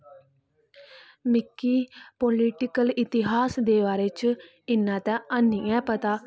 मिकी पोलिटीकल इतिहास दे बारे च इन्ना ते हैनी ऐ पता